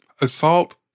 assault